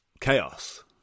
chaos